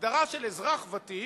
הגדרה של אזרח ותיק: